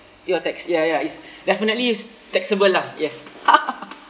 your tax ya ya it's definitely is taxable lah yes